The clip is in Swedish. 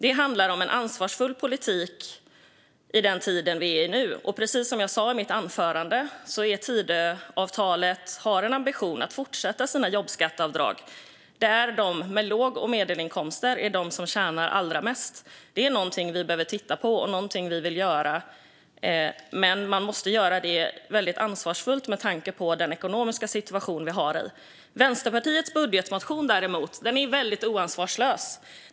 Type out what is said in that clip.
Det handlar om en ansvarsfull politik i den tid vi nu lever. Precis som jag sa i mitt anförande har Tidöavtalet en ambition att fortsätta med jobbskatteavdragen, där låg och medelinkomsttagare är de som tjänar allra mest. Det är någonting vi behöver titta på och någonting vi vill göra. Men man måste göra det ansvarsfullt med tanke på den ekonomiska situation vi har. Vänsterpartiets budgetmotion, däremot, är väldigt ansvarslös.